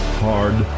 hard